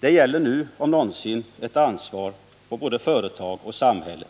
Det gäller nu om någonsin ett ansvar för både företag och samhälle.